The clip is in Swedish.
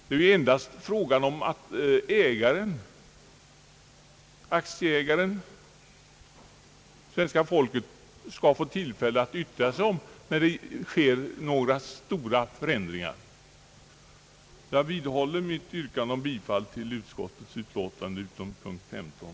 Det är endast fråga om att aktieägaren — svenska folket — skall få tillfälle att yttra sig och taga ställning när det sker några stora förändringar. Jag vidhåller mitt yrkande om bifall till utskottets utlåtande utom under punkt 15.